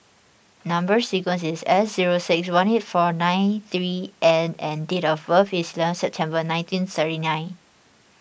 Number Sequence is S zero six one eight four nine three N and date of birth is eleven September nineteen thirty nine